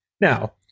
Now